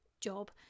job